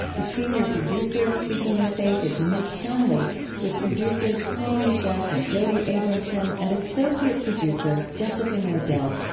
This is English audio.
the senior producer of speaking of faith is mitch hanley with producers colleen scheck and jody abramson, and associate producer jessica nordell.